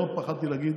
לא פחדתי להגיד